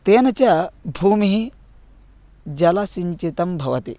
तेन च भूमिः जलसिञ्चितं भवति